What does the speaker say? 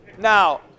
Now